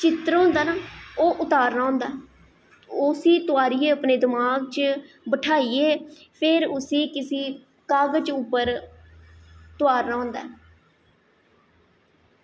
चित्तर होंदा ना ओह् उतारना होंदा ऐ ओह् उस्सी तोआरियै अपने दमाग च बैठाइयै फिर उस्सी किसी कागज उप्पर तोआरना होंदा ऐ